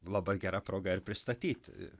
labai gera proga ir pristatyti